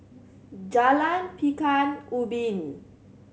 Jalan Pekan Ubin